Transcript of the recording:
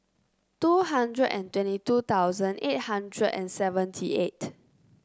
two hundred and twenty two thousand eight hundred and seventy eight